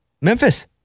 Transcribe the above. Memphis